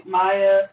Maya